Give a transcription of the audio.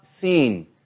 seen